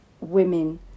women